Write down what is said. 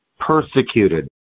persecuted